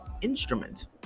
instrument